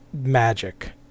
magic